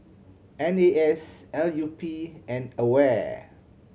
N A S L U P and AWARE